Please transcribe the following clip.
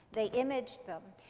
they imaged them.